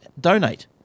donate